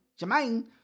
Jermaine